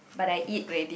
but I eat already